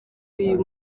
uyu